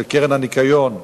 של הקרן לשמירת הניקיון,